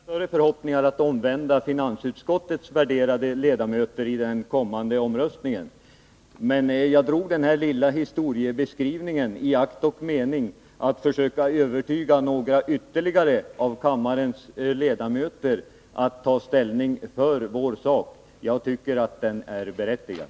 Herr talman! Jag sade inte detta i någon förhoppning att kunna omvända finansutskottets värderade ledamöter i den kommande omröstningen. Jag gav den här historiebeskrivningen i akt och mening att försöka övertyga några ytterligare av kammarens ledamöter om att de skall ta ställning för vår sak. Jag tycker att vårt krav om en sänkning är berättigat.